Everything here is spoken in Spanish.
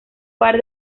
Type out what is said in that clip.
par